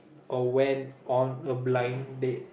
or went on a blind date